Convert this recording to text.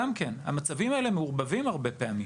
המצבים האלה מעורבבים, הרבה פעמים.